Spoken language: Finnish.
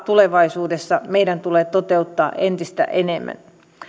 tulevaisuudessa meidän tulee toteuttaa entistä enemmän